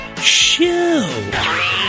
Show